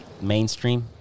mainstream